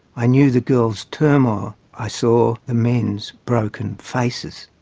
i knew the girl's turmoil i saw the men's broken faces.